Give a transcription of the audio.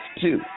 two